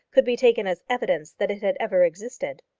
could be taken as evidence that it had ever existed.